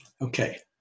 Okay